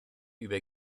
über